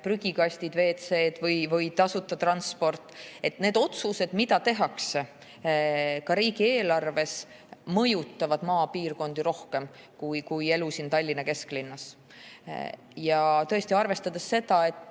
prügikastid, WC‑d või tasuta transport – need otsused, mida tehakse ka riigieelarve kohta, mõjutavad maapiirkondi rohkem kui elu siin Tallinna kesklinnas. Ja tõesti, arvestades seda, et